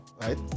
right